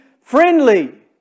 friendly